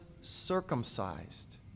circumcised